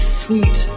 sweet